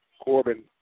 Corbin